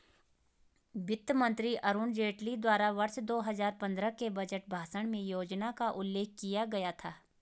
वित्त मंत्री अरुण जेटली द्वारा वर्ष दो हजार पन्द्रह के बजट भाषण में योजना का उल्लेख किया गया था